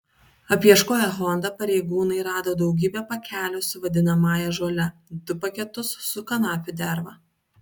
apieškoję honda pareigūnai rado daugybę pakelių su vadinamąją žole du paketus su kanapių derva